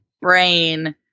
brain